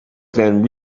then